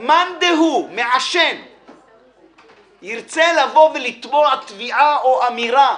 מאן דהוא מעשן ירצה לתבוע תביעה או לומר אמירה